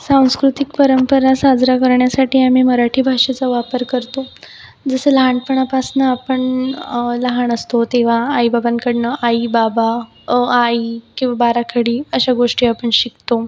सांस्कृतिक परंपरा साजरी करण्यासाठी आम्ही मराठी भाषेचा वापर करतो जसं लहानपणापासनं आपण लहान असतो तेव्हा आई बाबांकडनं आई बाबा अआइ किंवा बाराखडी अशा गोष्टी आपण शिकतो